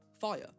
fire